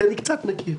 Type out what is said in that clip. כי אני קצת מכיר.